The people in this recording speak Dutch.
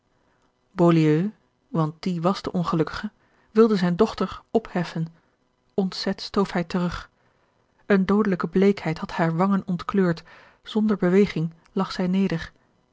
die was de ongelukkige wilde zijne dochter opheffen ontzet stoof hij terug george een ongeluksvogel eene doodelijke bleekheid had hare wangen ontkleurd zonder beweging lag zij neder